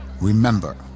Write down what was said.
Remember